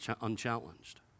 unchallenged